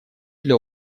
для